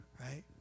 right